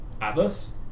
Atlas